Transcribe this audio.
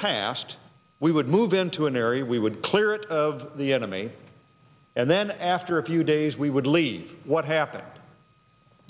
past we would move into an area we would clear it of the enemy and then after a few days we would leave what happened to